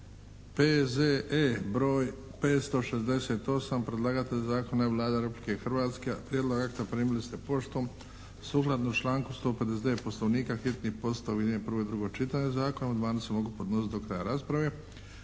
P.Z.E.br. 568 Predlagatelj zakona je Vlada Republike Hrvatske. Prijedlog akta primili ste poštom. Sukladno članku 159. Poslovnika hitni postupak objedinjuje prvo i drugo čitanje zakona. Amandmani se mogu podnositi do kraja rasprave.